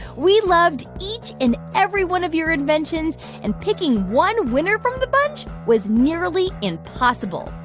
we loved each and every one of your inventions, and picking one winner from the bunch was nearly impossible.